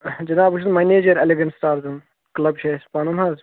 جِناب بہٕ چھُس مَنیجَر کٕلَب چھِ اَسہِ پَنُن حظ